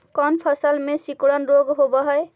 कोन फ़सल में सिकुड़न रोग होब है?